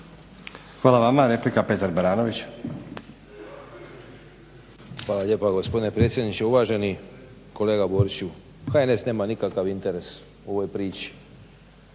**Baranović, Petar (HNS)** Hvala lijepa gospodine predsjedniče, uvaženi kolega Boriću. HNS nema nikakav interes u ovoj priči.